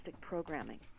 programming